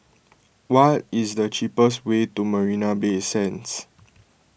what is the cheapest way to Marina Bay Sands